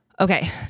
Okay